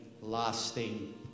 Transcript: lasting